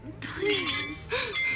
Please